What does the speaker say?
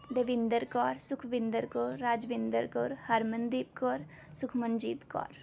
Davinder Kaur Sukhwinder Kaur Rajwinder Kaur Harmandeep Kaur Sukhmanjeet Kaur